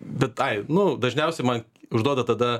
bet ai nu dažniausiai man užduoda tada